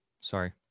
Sorry